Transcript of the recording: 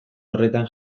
horretan